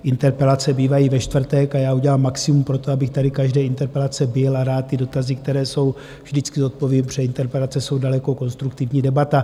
Interpelace bývají ve čtvrtek a já udělám maximum pro to, abych tady každé interpelace byl, a rád ty dotazy, které jsou, vždycky zodpovím, protože interpelace jsou daleko konstruktivní debata.